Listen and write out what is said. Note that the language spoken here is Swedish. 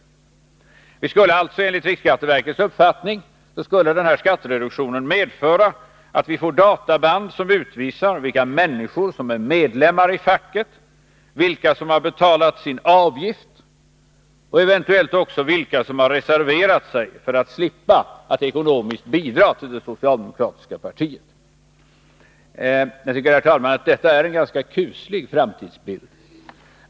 Denna skattereduktion skulle enligt riksskatteverkets uppfattning medföra att vi får databand, som utvisar vilka människor som är medlemmar i facket, vilka som har betalt sin avgift och eventuellt också vilka som har reserverat sig för att slippa att ekonomiskt bidra till det socialdemokratiska partiet. Jag tycker, herr talman, att detta är en ganska kuslig framtidsbild.